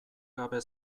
gabe